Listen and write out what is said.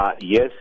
yes